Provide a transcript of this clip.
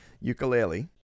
ukulele